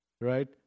Right